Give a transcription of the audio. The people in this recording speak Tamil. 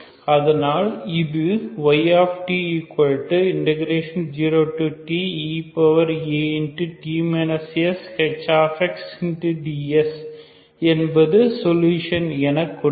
அதனால் இது yt0teAhds என்பது சொலுஷன் என கொடுக்கும்